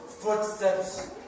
footsteps